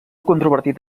controvertit